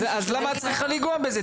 למה את צריכה לגעת בזה?